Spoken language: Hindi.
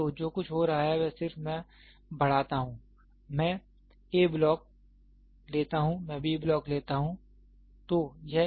तो जो कुछ हो रहा है वह सिर्फ मैं बढ़ाता हूं मैं a ब्लॉक लेता हूं मैं b ब्लॉक लेता हूं